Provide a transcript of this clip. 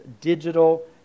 digital